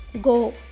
go